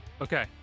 Okay